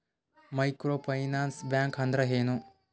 Micro finance bank ಅಂದ್ರ ಏನು?